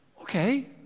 Okay